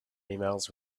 emails